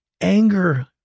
anger